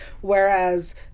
whereas